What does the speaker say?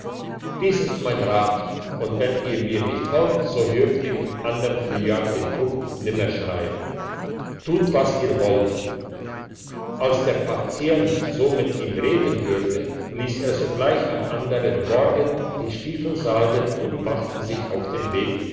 dies ist mein rat und wenn ihr mir nicht folgt so hört ihr im anderen frühjahr den kuckuck nimmer schreien tut was ihr wollt als der patient so mit sich reden hörte ließ er sich sogleich den anderen morgen die stiefel salben und machte sich auf den weg